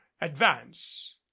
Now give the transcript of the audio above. advance